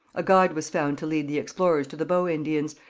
a guide was found to lead the explorers to the bow indians,